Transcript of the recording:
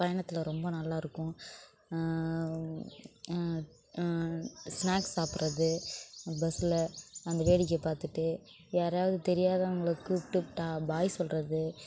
பயணத்தில் ரொம்ப நல்லா இருக்கும் ஸ்னாக்ஸ் சாப்பிட்றது பஸ்ஸில் அந்த வேடிக்கை பார்த்துட்டே யாராவது தெரியாதவங்களை கூப்டுட்டு பாய் சொல்லுறது